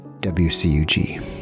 WCUG